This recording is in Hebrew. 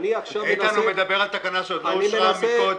התקנה הבאה,